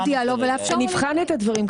נבחן את הדברים.